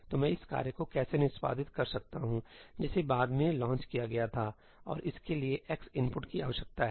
तो मैं इस कार्य को कैसे निष्पादित कर सकता हूं जिसे बाद में लॉन्च किया गया था और इसके लिए x इनपुट की आवश्यकता है